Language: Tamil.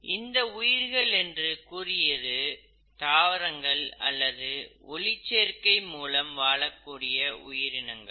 இங்கு உயிர்கள் என்று கூறியது தாவரங்கள் அல்லது ஒளிச்சேர்க்கை மூலம் வாழக்கூடிய உயிரினங்கள்